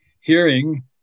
hearing